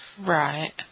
Right